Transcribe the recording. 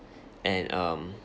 and um